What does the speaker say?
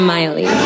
Miley